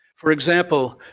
for example,